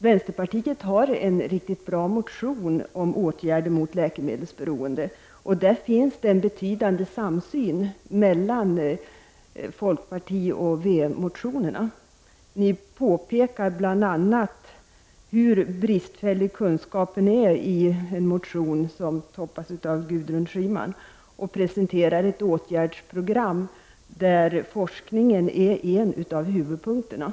Vänsterpartiet har väckt en riktigt bra motion om åtgärder mot läkemedelsberoende, det finns en betydande samsyn i folkpartioch vänsterpartimotionerna. Vänsterpartiet påpekar i en motion med Gudrun Schyman som första namn bl.a. hur bristfällig kunskapen är, och vänsterpartiet presenterar ett åtgärdsprogram där forskningen är en av huvudpunkterna.